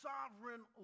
Sovereign